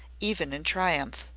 even in triumph.